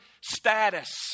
status